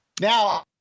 Now